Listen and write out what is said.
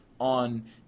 on